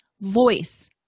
voice